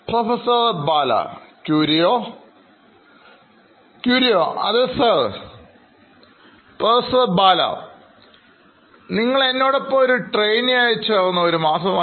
പ്രൊഫസർബാല നിങ്ങൾ എന്നോടൊപ്പം ഒരു ട്രെയിനിയായി ചേർന്ന് ഒരു മാസമായി